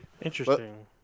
Interesting